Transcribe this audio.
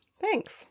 Thanks